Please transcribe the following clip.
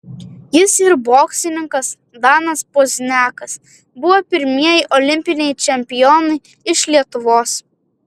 jis ir boksininkas danas pozniakas buvo pirmieji olimpiniai čempionai iš lietuvos